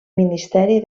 ministeri